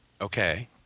Okay